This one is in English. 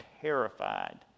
terrified